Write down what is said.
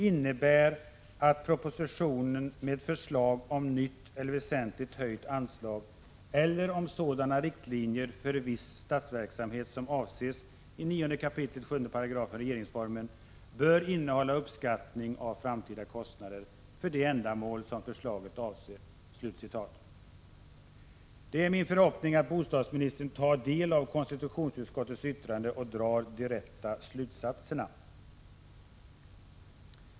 innebär att proposition med förslag om nytt eller väsentligen höjt anslag eller om sådana riktlinjer för viss statsverksamhet som avses i 9 kap. 7§ regeringsformen bör innehålla uppskattning av framtida kostnader för det ändamål som förslaget avser”. Det är min förhoppning att bostadsministern tar del av konstitutionsutskottets yttrande och drar de riktiga slutsatserna.